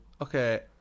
Okay